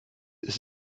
ist